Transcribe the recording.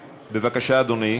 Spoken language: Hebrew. בבקשה, אדוני.